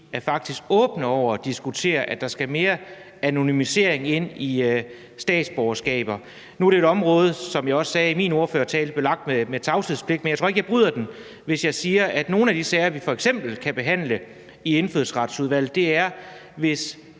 faktisk er åbne over for at diskutere, om der skal mere anonymisering ind i forhold til statsborgerskaber. Nu er det et område – som jeg også sagde i min ordførertale – der er belagt med tavshedspligt, men jeg tror ikke, at jeg bryder den, hvis jeg siger, at nogle af de sager, vi f.eks. kan behandle i Indfødsretsudvalget, er, hvis